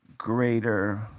Greater